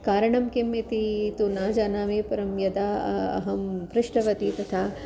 कारणं किम् इति तु न जानामि परं यदा अहं पृष्टवती तदा